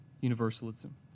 universalism